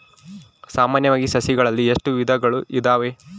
ಸಾಮಾನ್ಯವಾಗಿ ಸಸಿಗಳಲ್ಲಿ ಎಷ್ಟು ವಿಧಗಳು ಇದಾವೆ?